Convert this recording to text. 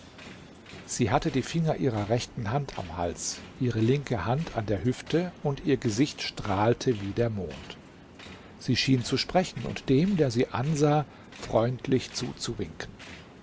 sie hatte die finger ihrer rechten hand am hals ihre linke hand an der hüfte und ihr gesicht strahlte wie der mond sie schien zu sprechen und dem der sie ansah freundlich zuzuwinken